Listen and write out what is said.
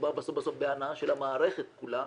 בסוף מדובר בהנעה של המערכת כולה